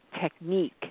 technique